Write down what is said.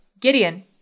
Gideon